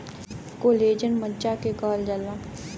collagen मज्जा के कहल जाला